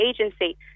agency